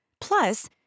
Plus